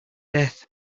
death